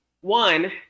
one